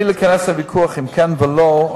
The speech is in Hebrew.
בלי להיכנס לוויכוח אם כן או לא,